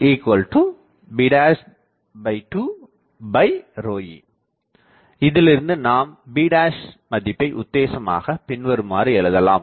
b2e இதிலிருந்து நாம் b மதிப்பை உத்தேசமாகப் பின்வருமாறு எழுதலாம்